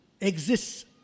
exists